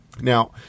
Now